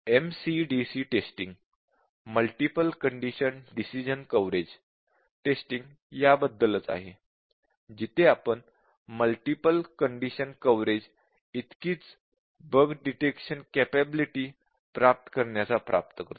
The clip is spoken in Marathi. MCDC testing multiple condition decision coverage testing याबद्दलच आहे जिथे आपण मल्टीपल कंडीशन कव्हरेज इतकीच बग डिटेक्शन केपबिलिटी प्राप्त करण्याचा प्रयत्न करतो